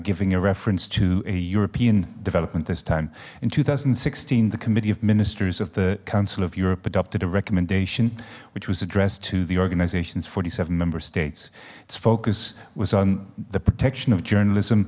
giving a reference to a european development this time in two thousand and sixteen the committee of ministers of the council of europe adopted a recommendation which was addressed to the organisation's forty seven member states its focus was on the protection of journalism